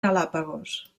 galápagos